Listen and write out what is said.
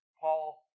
Paul